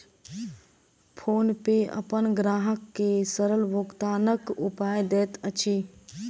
PhonePe अपन ग्राहक के सरल भुगतानक उपाय दैत अछि